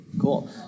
Cool